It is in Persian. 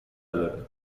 داره